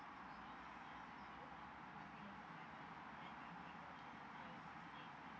uh